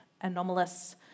anomalous